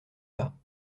pas